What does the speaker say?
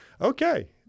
Okay